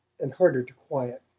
and harder to quiet.